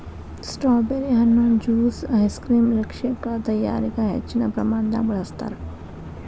strawberry ಹಣ್ಣುನ juice ice cream ಮಿಲ್ಕ್ಶೇಕಗಳ ತಯಾರಿಕ ಹೆಚ್ಚಿನ ಪ್ರಮಾಣದಾಗ ಬಳಸ್ತಾರ್